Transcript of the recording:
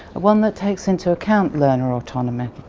one that takes into account learner autonomy,